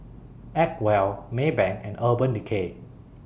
Acwell Maybank and Urban Decay